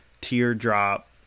teardrop